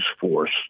Force